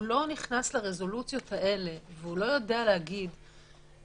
הוא לא נכנס לרזולוציות האלה ולא יודע לומר - למשל,